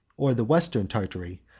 or the western tartary,